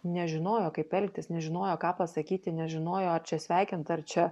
nežinojo kaip elgtis nežinojo ką pasakyti nežinojo ar čia sveikint ar čia